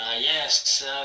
yes